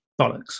bollocks